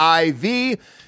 IV